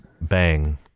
bang